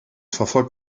verfolgt